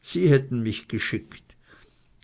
sie hätte mich geschickt